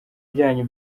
byanyu